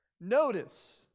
notice